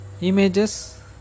images